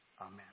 Amen